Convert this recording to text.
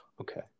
Okay